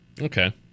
Okay